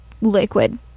liquid